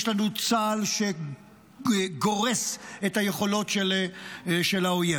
יש לנו צה"ל, שגורס את היכולות של האויב.